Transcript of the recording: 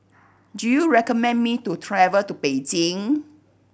do you recommend me to travel to Beijing